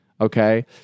okay